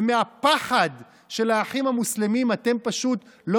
ומהפחד מהאחים המוסלמים אתם פשוט לא